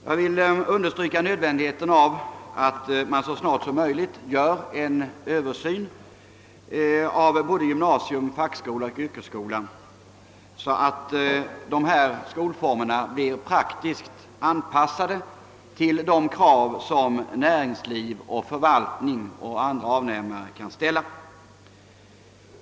Jag vill understryka nödvändigheten av att man så snart som möjligt gör en översyn av gymnasium, fackskola och yrkesskola, så att dessa skolformer blir praktiskt anpassade till de krav som näringsliv och förvaltning och andra avnämare kan ställa.